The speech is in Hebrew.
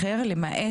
ובמידה הנדרשת.